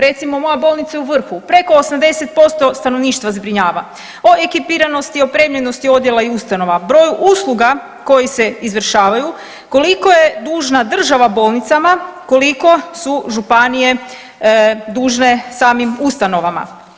Recimo, moja bolnica je u vrhu, preko 80% stanovništva zbrinjava; o ekipiranosti i opremljenosti odjela i ustanova, broju usluga koji se izvršavaju, koliko je dužna država bolnicama, koliko su županije dužne samim ustanovama.